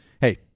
Hey